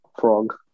Frog